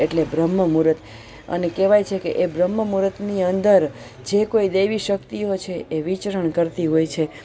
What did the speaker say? એટલે બ્રહ્મ મૂરત અને કહેવાય છે કે એ બ્રહ્મ મૂરતની અંદર જે કોઈ દેવી શક્તિઓ છે એ વિચરણ કરતી હોય છે